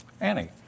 Annie